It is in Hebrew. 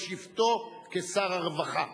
בשבתו כשר הרווחה,